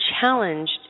challenged